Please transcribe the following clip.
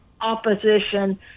opposition